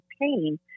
pain